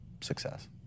success